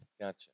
Gotcha